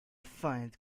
find